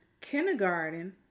kindergarten